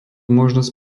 možnosť